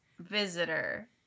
Visitor